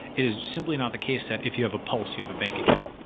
it is simply not the case that if you have a policy of a bank account.